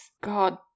God